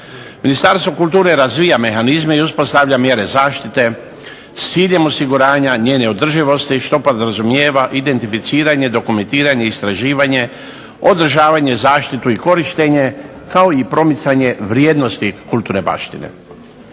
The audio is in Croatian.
Ministarstvo kulture razvija mehanizme i uspostavlja mjere zaštite s ciljem osiguranja njene održivosti što podrazumijeva identificiranje, dokumentiranje i istraživanje, održavanje, zaštitu i korištenje kao i promicanje vrijednosti kulturne baštine.